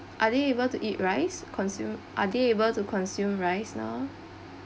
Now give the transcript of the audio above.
are they able to eat rice consume are they able to consume rice flour